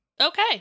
Okay